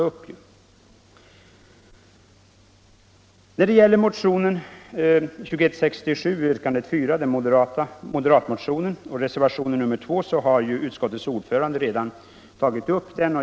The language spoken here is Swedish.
Yrkandet 4 i moderatmotionen 2167 samt reservationen 2 har utskottets ordförande redan behandlat.